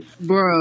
bro